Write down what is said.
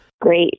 Great